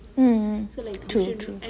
mm true true